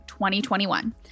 2021